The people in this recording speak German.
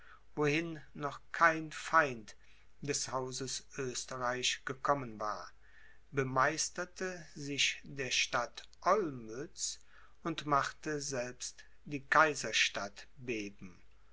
wohin noch kein feind des hauses oesterreich gekommen war bemeisterte sich der stadt olmütz und machte selbst die kaiserstadt beben